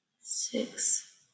Six